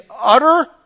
utter